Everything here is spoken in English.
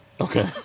Okay